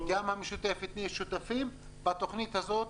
גם המשותפת נהיה שותפים בתוכנית הזאת